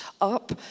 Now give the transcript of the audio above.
up